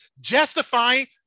justifying